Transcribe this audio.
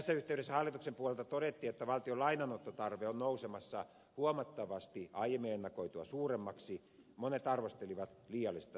kun tässä yhteydessä hallituksen puolelta todettiin että valtion lainanottotarve on nousemassa huomattavasti aiemmin ennakoitua suuremmaksi monet arvostelivat liiallisesta synkistelystä